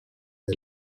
est